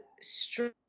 strong